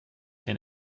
and